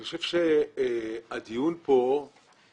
אני חושב שהדיון כאן